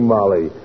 Molly